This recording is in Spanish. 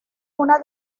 una